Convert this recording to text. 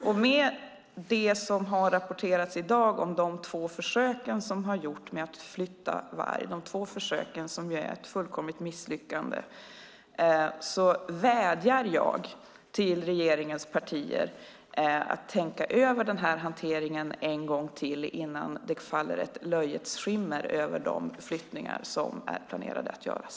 Med anledning av det som har rapporterats i dag om de två försök som har gjorts med att flytta varg som är ett fullkomligt misslyckande vädjar jag till regeringspartierna att tänka över denna hantering en gång till innan det faller ett löjets skimmer över de flyttningar som är planerade att göras.